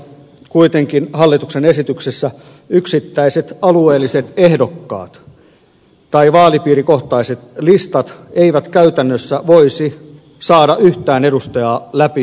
kuitenkin hallituksen esityksessä yksittäiset alueelliset ehdokkaat tai vaalipiirikohtaiset listat eivät käytännössä voisi saada yhtään edustajaa läpi eduskuntaan